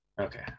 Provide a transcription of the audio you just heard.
Okay